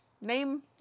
name